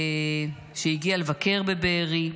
שהגיע לבקר בבארי,